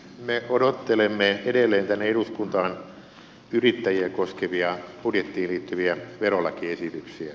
me odottelemme edelleen tänne eduskuntaan yrittäjiä koskevia budjettiin liittyviä verolakiesityksiä